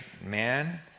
man